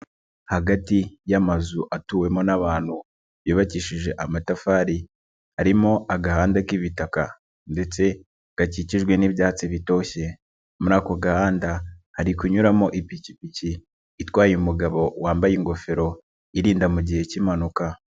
Hagati y'amazu atuwemo n'abantu yubakishije amatafari harimo agahangade k'ibitaka ndetse gakikijwe n'ibyatsi bitoshye. Muri ako gahanda hari kunyuramo ipikipiki itwawe n' umugabo wambaye ingofero irinda mu gihe cy'impanuka.